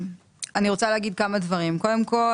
אני רוצה להגיד כמה דברים: קודם כל,